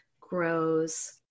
grows